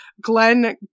Glenn